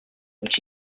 which